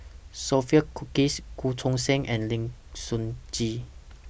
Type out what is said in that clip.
Sophia Cookies Goh Choo San and Lim Sun Gee